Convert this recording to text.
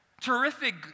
Terrific